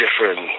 different